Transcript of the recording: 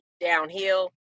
downhill